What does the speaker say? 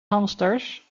hamsters